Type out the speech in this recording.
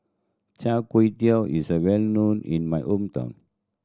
Char Kway Teow is a well known in my hometown